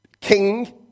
king